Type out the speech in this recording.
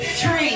Three